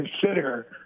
consider